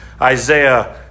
Isaiah